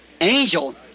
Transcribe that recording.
angel